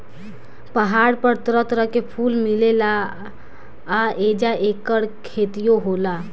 पहाड़ पर तरह तरह के फूल मिलेला आ ऐजा ऐकर खेतियो होला